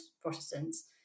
Protestants